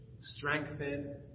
Strengthen